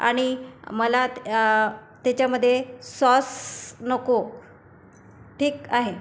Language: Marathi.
आणि मला त्याच्यामध्ये सॉस नको ठीक आहे